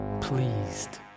pleased